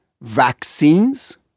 vaccines